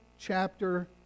chapter